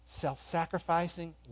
self-sacrificing